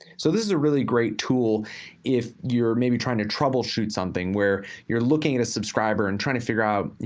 so this is a really great tool if you're maybe trying to troubleshoot something, where you're looking at a subscriber and trying to figure out, you